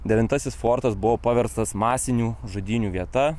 devintasis fortas buvo paverstas masinių žudynių vieta